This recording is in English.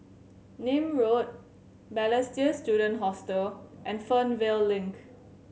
Nim Road Balestier Student Hostel and Fernvale Link